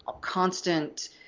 constant